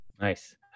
Nice